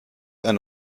eine